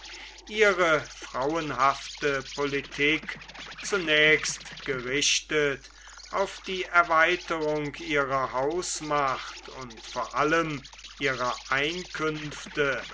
ihre frauenhafte politik zunächst gerichtet auf die erweiterung ihrer hausmacht und vor allem ihrer einkünfte